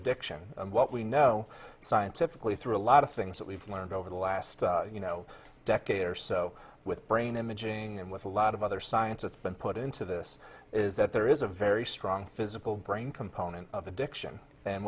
addiction and what we know scientifically through a lot of things that we've learned over the last you know decade or so with brain imaging and with a lot of other science it's been put into this is that there is a very strong physical brain component of addiction and